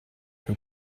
who